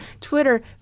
Twitter